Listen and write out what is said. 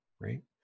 right